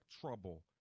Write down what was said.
trouble